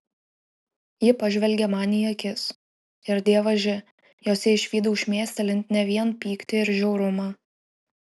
ji pažvelgė man į akis ir dievaži jose išvydau šmėstelint ne vien pyktį ir žiaurumą